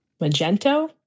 Magento